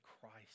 Christ